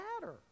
matter